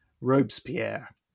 Robespierre